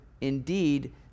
indeed